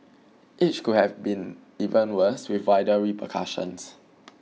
each could have been even worse with wider repercussions